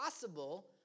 possible